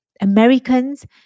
Americans